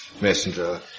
Messenger